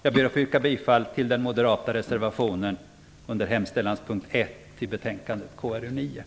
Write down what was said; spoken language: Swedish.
Jag ber att få yrka bifall till den moderata reservationen under punkt 1 i hemställan i kulturutskottets betänkande nr 9.